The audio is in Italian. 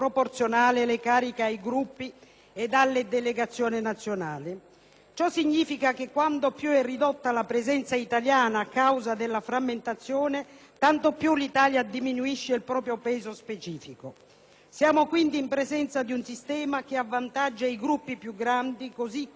Ciò significa che quanto più è ridotta la presenza italiana a causa della frammentazione, tanto più l'Italia diminuisce il proprio peso specifico. Siamo quindi in presenza di un sistema che avvantaggia i Gruppi più grandi, così come, all'interno dei Gruppi, avvantaggia le Delegazioni più numerose.